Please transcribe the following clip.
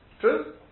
True